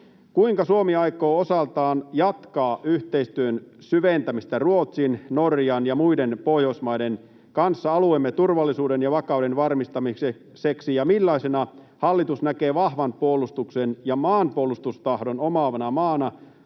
Kuinka Suomi aikoo osaltaan jatkaa yhteistyön syventämistä Ruotsin, Norjan ja muiden Pohjoismaiden kanssa alueemme turvallisuuden ja vakauden varmistamiseksi, ja millaisena hallitus näkee Suomen roolin ja aseman pohjoisessa